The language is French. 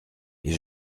les